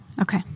Okay